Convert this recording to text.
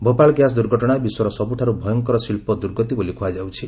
ଭୋପାଳ ବାଷ୍ପ ଦୂର୍ଘଟଣା ବିଶ୍ୱର ସବୂଠାର୍ ଭୟଙ୍କର ଶିଳ୍ପ ଦୁର୍ଗତୀ ବୋଲି କୁହାଯାଉଛି